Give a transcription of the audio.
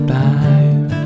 time